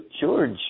George